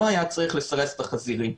לא היה צריך לסרס את החזירים,